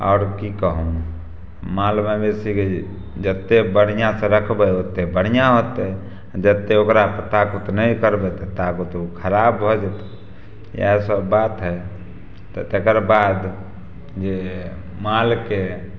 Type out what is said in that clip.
आओर कि कहू माल मवेशीके जे जतेक बढ़िआँसे रखबै ओतेक बढ़िआँ होतै जतेक ओकरापर ताबुत नहि करबै तऽ ताबुत ओ खराब भऽ जेतै इएहसब बात हइ तऽ तकर बाद जे मालके